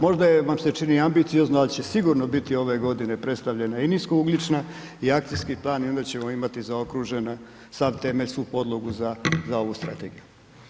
Možda vam se čini ambiciozno al' će sigurno biti ove godine predstavljena i nisko ugljična, i Akcijski plan, i onda ćemo imati zaokružene, sav temelj, svu podlogu za, za ovu Strategiju.